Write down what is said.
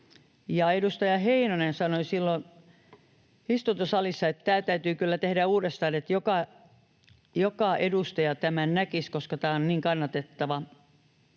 ja edustaja Heinonen sanoi silloin istuntosalissa, että tämä täytyy kyllä tehdä uudestaan, että joka edustaja tämän näkisi, koska tämä on niin kannatettava.